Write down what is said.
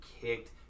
kicked